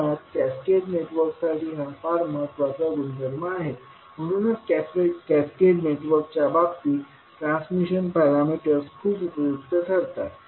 मुळात कॅस्केड नेटवर्कसाठी हा फार महत्वाचा गुणधर्म आहे म्हणूनच कॅस्केड नेटवर्कच्या बाबतीत ट्रान्समिशन पॅरामीटर्स खूप उपयुक्त ठरतात